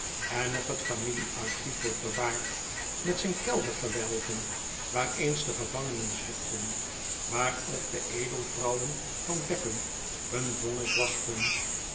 en nog het familiearchief wordt bewaard met zijn keldergewelven waar eens de gevangenen zuchtten waar ook de edelvrouwen van eckum hun vonnis wachtten